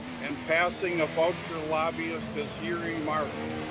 and passing a voucher lobbyist as he remarked,